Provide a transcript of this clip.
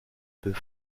peut